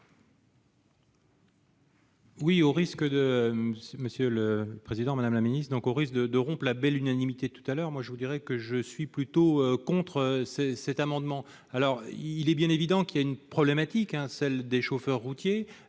vote. Au risque de rompre la belle unanimité d'il y a quelques instants, je suis plutôt contre ces amendements. Il est bien évident qu'il y a une problématique : celle des chauffeurs routiers,